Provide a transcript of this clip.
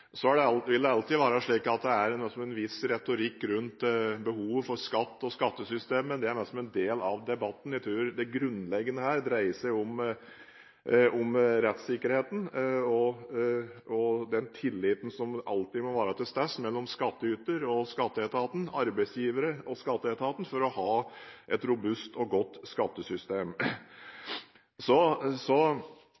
Det vil alltid være slik at det er en viss retorikk rundt behovet for skatt og skattesystemet, men det er en del av debatten. Det grunnleggende dreier seg om rettssikkerheten og den tilliten som alltid må være til stede mellom skattyteren og skatteetaten, arbeidsgivere og skatteetaten, for å ha et robust og godt skattesystem.